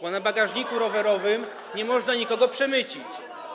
bo w bagażniku rowerowym nie można nikogo przemycić.